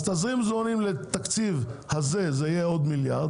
אז תזרים מזומנים לתקציב הזה יהיה עוד מיליארד